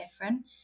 different